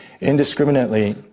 indiscriminately